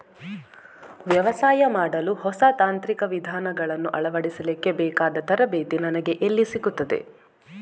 ವ್ಯವಸಾಯ ಮಾಡಲು ಹೊಸ ತಾಂತ್ರಿಕ ವಿಧಾನಗಳನ್ನು ಅಳವಡಿಸಲಿಕ್ಕೆ ಬೇಕಾದ ತರಬೇತಿ ನನಗೆ ಎಲ್ಲಿ ಸಿಗುತ್ತದೆ?